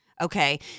Okay